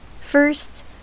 First